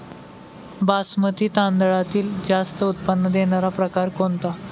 बासमती तांदळातील जास्त उत्पन्न देणारा प्रकार कोणता?